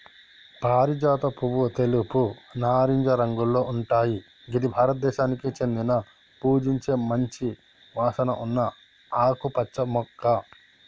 పారిజాత పువ్వు తెలుపు, నారింజ రంగులో ఉంటయ్ గిది భారతదేశానికి చెందిన పూజించే మంచి వాసన ఉన్న ఆకుపచ్చ మొక్క